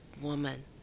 woman